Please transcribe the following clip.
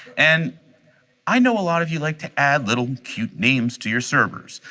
and i know a lot of you like to add little cute names to your servers,